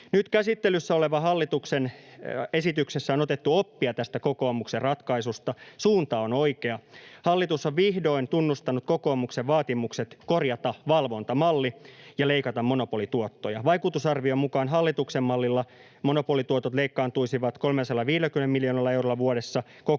Nyt käsittelyssä olevassa hallituksen esityksessä on otettu oppia tästä kokoomuksen ratkaisusta. Suunta on oikea. Hallitus on vihdoin tunnustanut kokoomuksen vaatimukset korjata valvontamalli ja leikata monopolituottoja. Vaikutusarvion mukaan hallituksen mallilla monopolituotot leikkaantuisivat 350 miljoonalla eurolla vuodessa, kokoomuksen